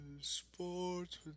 Sports